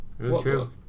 True